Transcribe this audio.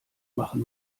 machen